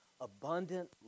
abundant